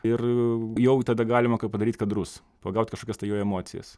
ir jau tada galima padaryti kadrus pagaut kažkokias tai jo emocijas